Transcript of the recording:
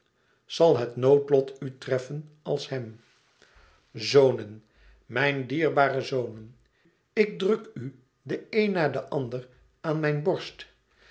zal het noodlot u treffen als hem zonen mijn dierbare zonen ik druk u den een na den ander aan mijn borst